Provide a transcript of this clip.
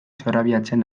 zorabiatzen